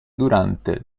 durante